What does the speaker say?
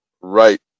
Right